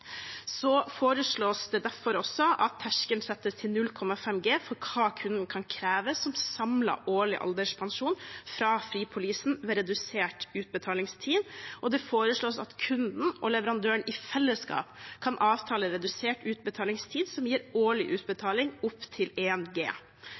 Så foreslås det derfor også at terskelen settes til 0,5G for hva kunden kan kreve som samlet årlig alderspensjon fra fripolisen ved redusert utbetalingstid, og det foreslås at kunden og leverandøren i fellesskap kan avtale redusert utbetalingstid som gir årlig